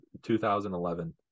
2011